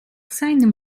seinem